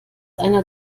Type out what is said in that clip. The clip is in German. einer